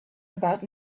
about